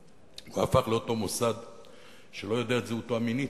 הפך להיות מוסד שלא יודע את זהותו המינית.